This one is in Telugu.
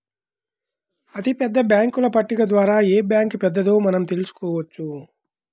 అతిపెద్ద బ్యేంకుల పట్టిక ద్వారా ఏ బ్యాంక్ పెద్దదో మనం తెలుసుకోవచ్చు